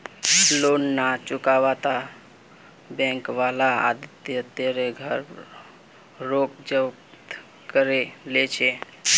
loan ना चुकावाता bank वाला आदित्य तेरे घर रोक जब्त करो ली छे